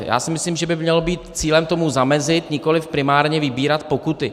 Já si myslím, že by mělo být cílem tomu zamezit, nikoliv primárně vybírat pokuty.